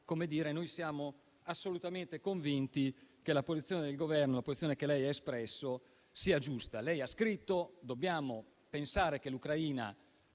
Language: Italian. sull'Ucraina siamo assolutamente convinti che la posizione del Governo, che lei ha espresso, sia giusta. Lei ha detto che dobbiamo pensare che l'Ucraina